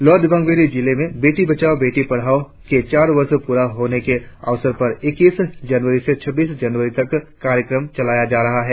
lower Dibang valley जिले में बेटी बचाओ बेटी पढ़ाओ योजना के चार वर्ष प्ररा होने की अवसर पर इक्कीस जनवरी से छब्बीस जनवरी तक कार्यक्रम चलाया जा रहा है